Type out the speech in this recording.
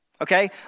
okay